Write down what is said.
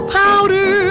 powder